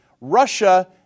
Russia